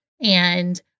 And-